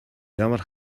ямар